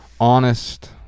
honest